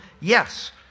Yes